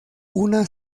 una